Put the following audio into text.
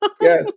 Yes